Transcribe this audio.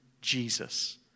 Jesus